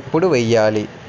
ఎప్పుడు వేయాలి?